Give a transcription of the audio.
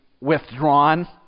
withdrawn